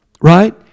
right